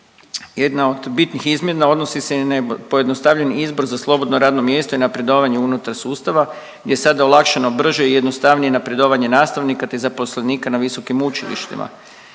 Jedna od bitnih izmjena odnosi se i na pojednostavljen izbor za slobodno radno mjesto i napredovanje unutar sustava gdje je sada olakšano brže i jednostavnije napredovanje nastavnika te zaposlenika na visokim učilištima.